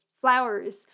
flowers